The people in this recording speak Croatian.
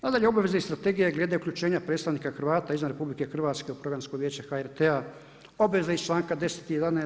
Nadalje, obaveza i strategija glede uključenja predstavnika Hrvata izvan RH u programsko vijeće HRT-a obveza iz čl.10. i 11.